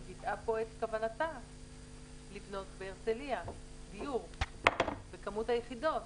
היא וידאה כאן את כוונתה לבנות בהרצליה דיור ואת כמות היחידות.